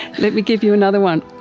let me give you another one.